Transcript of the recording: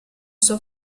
sua